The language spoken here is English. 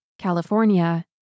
California